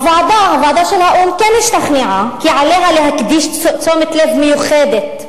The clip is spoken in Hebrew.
הוועדה של האו"ם כן השתכנעה כי עליה להקדיש תשומת לב מיוחדת,